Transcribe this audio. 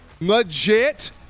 legit